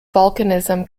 volcanism